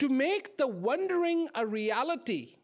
to make the wondering a reality